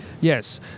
Yes